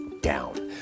down